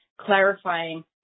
clarifying